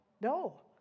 No